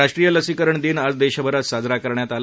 राष्ट्रीय लसीकरण दिन आज देशभरात साजरा करण्यात आला